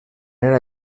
era